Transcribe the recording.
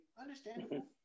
understandable